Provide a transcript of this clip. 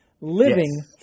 Living